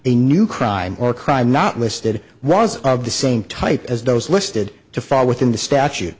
a new crime or crime not listed was of the same type as those listed to fall within the statu